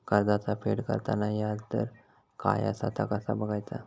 कर्जाचा फेड करताना याजदर काय असा ता कसा बगायचा?